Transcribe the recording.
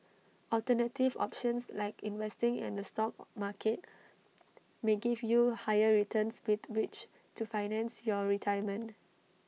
alternative options like investing in the stock market may give you higher returns with which to finance your retirement